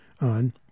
on